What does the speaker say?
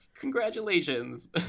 Congratulations